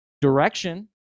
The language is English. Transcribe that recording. direction